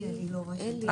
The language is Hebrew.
אני לא רשאית להצביע.